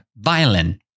violin